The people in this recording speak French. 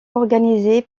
organisé